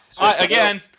again